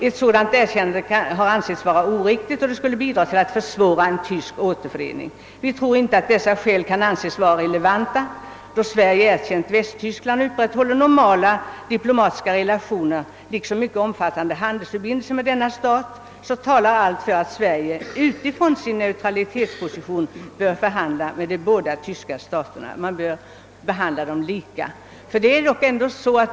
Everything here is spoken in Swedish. Ett sådant erkännande har ansetts vara oriktigt, då det skulle bidra till att försvåra en tysk återförening. Vi tror inte att dessa skäl kan anses relevanta. Då Sverige erkänt Västtyskland och upprätthåller normala diplomatiska relationer liksom mycket omfattande handelsförbindelser med denna stat, talar allt för att Sverige utifrån sin neutralitetsposition bör behandla de båda tyska staterna lika.